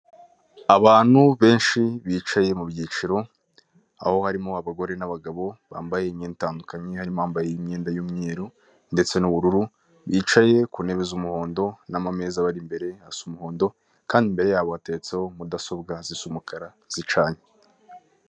Abantu benshi bicaye mu byiciro aho harimo abagore n'abagabo bambaye imyenda itandukanye, harimo uwambaye imyenda y'umweru ndetse n'ubururu bicaye ku ntebe z'umuhondo n'amameza abari imbere asa umuhondo kandi hateretseho mudasobwa zisa umukara zicanye.